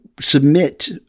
submit